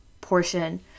portion